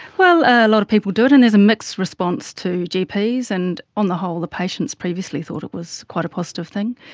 a lot of people do it, and there's a mixed response to gps, and on the whole the patients previously thought it was quite a positive thing,